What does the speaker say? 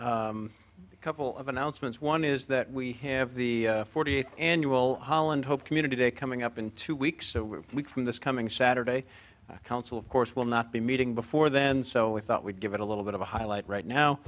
evening a couple of announcements one is that we have the forty eighth annual holland hope community day coming up in two weeks and weeks from this coming saturday council of course will not be meeting before then so we thought we'd give it a little bit of a highlight right now